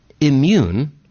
immune